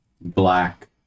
black